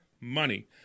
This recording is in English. money